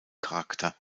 charakter